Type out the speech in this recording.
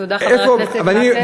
נא לסיים.